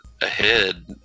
ahead